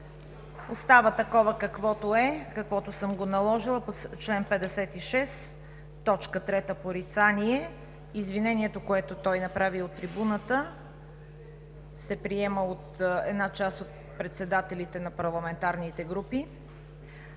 Остава такова, каквато е, каквото съм го наложила, по чл. 56, т. 3 – „порицание“. Извинението, което той направи от трибуната, се приема от една част от председателите на парламентарните групи.